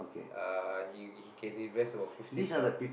uh he he can invest about fifteen thou~